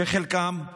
שחלקם